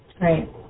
Right